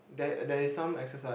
there there is some exercise